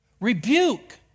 rebuke